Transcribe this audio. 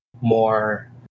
more